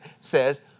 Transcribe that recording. says